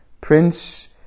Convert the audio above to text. Prince